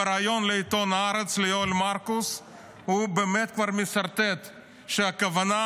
בריאיון לעיתון הארץ ליואל מרקוס הוא כבר מסרטט שהכוונה